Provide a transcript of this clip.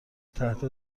تحت